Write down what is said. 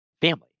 family